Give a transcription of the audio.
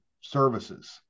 services